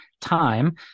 time